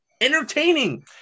entertaining